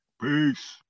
Peace